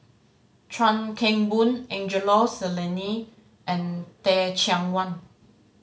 Chuan Keng Boon Angelo Sanelli and Teh Cheang Wan